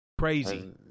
crazy